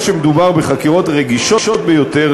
מדובר בחקירות רגישות ביותר,